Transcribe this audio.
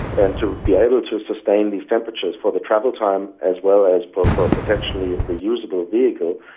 and to be able to sustain these temperatures for the travel time as well as but for potentially the usable vehicle,